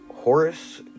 Horace